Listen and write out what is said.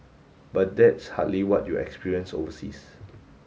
but that's hardly what you experience overseas